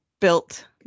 built